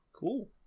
cool